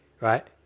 right